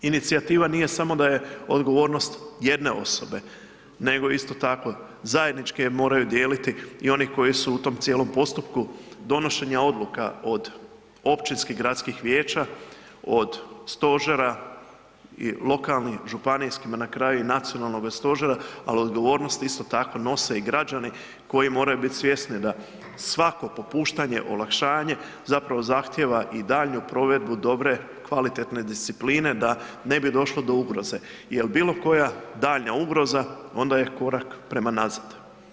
Inicijativa nije samo da je odgovornost jedne osobe, nego isto tako zajednički je moraju dijeliti i oni koji su u tom cijelom postupku donošenja odluka od općinskih gradskih vijeća, od stožera i lokalnim županijskima na kraju i nacionalnoga stožera, al odgovornost isto tako nose i građani koji moraju bit svjesni da svako popuštanje, olakšanje, zapravo zahtijeva i daljnju provedbu dobre kvalitetne discipline da ne bi došlo do ugroze jel bilo koja daljnja ugroza onda je korak prema nazad.